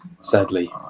sadly